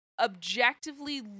objectively